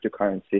cryptocurrency